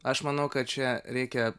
aš manau kad čia reikia